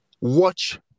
watch